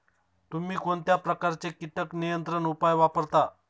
तुम्ही कोणत्या प्रकारचे कीटक नियंत्रण उपाय वापरता?